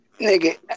Nigga